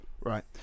Right